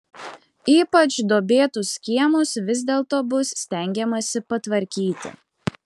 ypač duobėtus kiemus vis dėlto bus stengiamasi patvarkyti